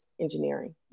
engineering